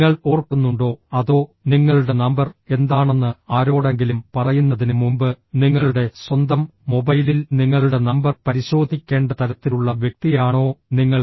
നിങ്ങൾ ഓർക്കുന്നുണ്ടോ അതോ നിങ്ങളുടെ നമ്പർ എന്താണെന്ന് ആരോടെങ്കിലും പറയുന്നതിന് മുമ്പ് നിങ്ങളുടെ സ്വന്തം മൊബൈലിൽ നിങ്ങളുടെ നമ്പർ പരിശോധിക്കേണ്ട തരത്തിലുള്ള വ്യക്തിയാണോ നിങ്ങൾ